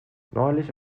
neulich